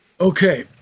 okay